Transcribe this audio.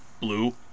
blue